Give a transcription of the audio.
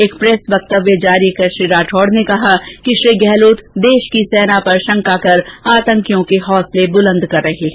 एक प्रेस वक्तव्य जारी कर श्री राठौड ने कहा कि श्री गहलोत देष की सेना पर शंका कर आतंकियों के हौसले बुलंद कर रहे हैं